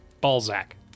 Balzac